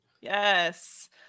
yes